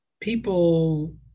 people